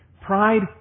Pride